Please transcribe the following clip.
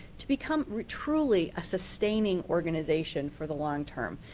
to become truly a sustaining organization for the long term.